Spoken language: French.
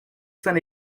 saint